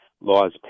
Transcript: laws